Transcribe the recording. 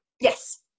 Yes